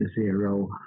zero